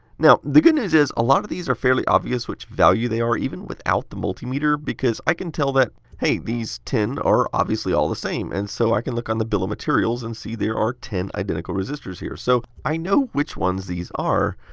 now, the good news is, a lot of these are fairly obvious which value they are even without the multi meter because i can tell that, hey, these ten are obviously all of the same, and so i can look on the bill of materials and see there are ten identical resistors here, so i know which ones these are.